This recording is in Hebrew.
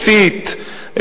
הסית,